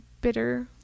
bitter